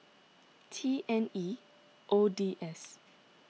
T N E O D S